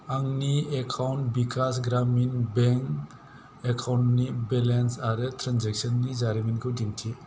आंनि account Vikas Gramin bank एकाउन्टनि balance आरो ट्रेनजेक्सननि जारिमिनखौ दिन्थि